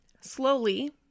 Slowly